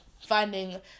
finding